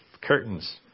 curtains